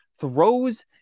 throws